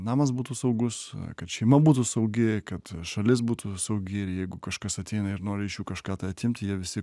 namas būtų saugus kad šeima būtų saugi kad šalis būtų saugi ir jeigu kažkas ateina ir nori kažką tai atimti jie visi